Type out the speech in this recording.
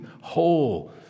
whole